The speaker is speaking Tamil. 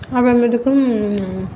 அப்புறமேட்டுக்கு